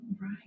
right